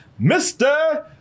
Mr